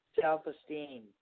self-esteem